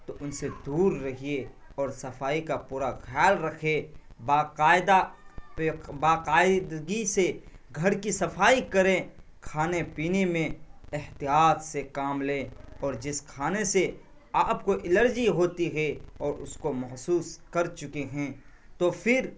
تو ان سے دور رہیے اور صفائی کا پورا خیال رکھے باقاعدہ باقاعدگی سے گھر کی صفائی کریں کھانے پینے میں احتیاط سے کام لیں اور جس کھانے سے آپ کو الرجی ہوتی ہے اور اس کو محسوس کر چکے ہیں تو فر